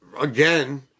again